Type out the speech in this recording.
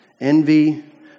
envy